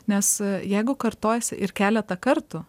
nes jeigu kartojasi ir keletą kartų